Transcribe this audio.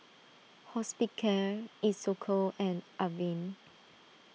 Hospicare Isocal and Avene